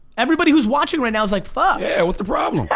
everybody who's watching right now is like fuck. yeah, what's the problem?